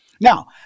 Now